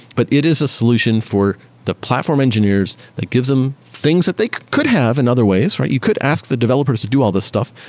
but it is a solution for the platform engineers that gives them things that they could have in other ways, right? you could ask the developers to do all this stuff,